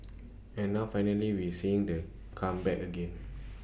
and now finally we're seeing the come back again